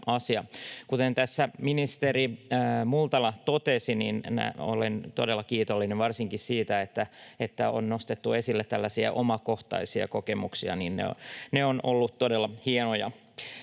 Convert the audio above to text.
Kuten tässä ministeri Multala totesi, minäkin olen todella kiitollinen varsinkin siitä, että on nostettu esille tällaisia omakohtaisia kokemuksia. Se on ollut todella hienoa.